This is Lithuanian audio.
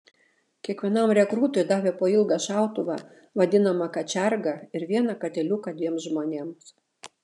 kiekvienam rekrūtui davė po ilgą šautuvą vadinamą kačergą ir vieną katiliuką dviems žmonėms